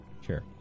sure